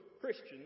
Christians